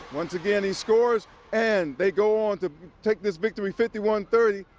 once again he scores and they go on to take this victory fifty one thirty.